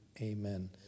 Amen